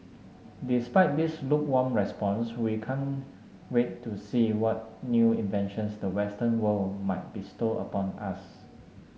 despite this lukewarm response we can't wait to see what new inventions the western world might bestow upon us